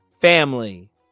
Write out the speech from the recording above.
family